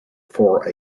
for